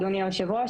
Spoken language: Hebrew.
אדוני יושב הראש,